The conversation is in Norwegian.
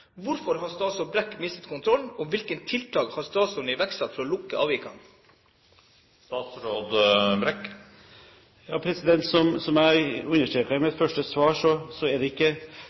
Hvorfor har statsråd Brekk mistet kontrollen? Og hvilke tiltak har statsråden iverksatt for å lukke avvikene? Som jeg understreket i mitt første svar, så er det ikke